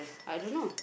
I don't know